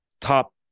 top